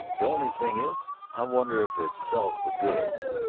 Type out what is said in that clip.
the only thing is i wonder if it sells the goods?